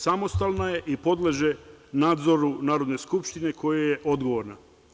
Samo stalna je i podleže nadzoru Narodne skupštine, kojoj je odgovorna.